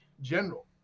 general